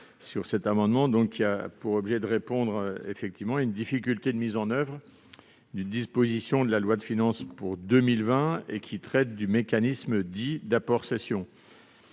sur cet amendement qui a pour objet de répondre à une difficulté de mise en oeuvre d'une disposition de la loi de finances pour 2020 et qui traite du mécanisme d'apport-cession.